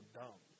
dumb